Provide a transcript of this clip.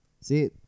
See